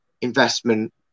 investment